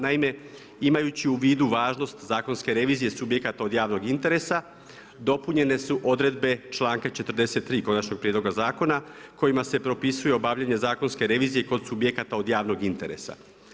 Naime, imajući u vidu važnost zakonske revizije subjekata od javnog interesa dopunjene su odredbe članka 43. konačnog prijedloga zakona kojima se propisuje obavljanje zakonske revizije kod subjekata od javnog interesa.